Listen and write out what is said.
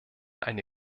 eine